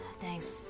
Thanks